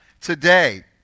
today